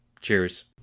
cheers